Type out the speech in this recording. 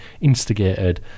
instigated